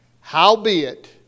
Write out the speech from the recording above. Howbeit